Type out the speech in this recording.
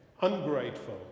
ungrateful